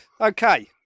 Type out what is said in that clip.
Okay